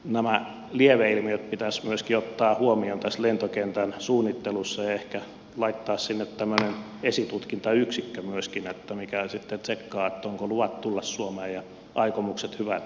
nämä lieveilmiöt pitäisi myöskin ottaa huomioon tässä lentokentän suunnittelussa ja ehkä laittaa sinne tämmöinen esitutkintayksikkö myöskin mikä sitten tsekkaa onko luvat tulla suomeen ja aikomukset hyvät